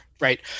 right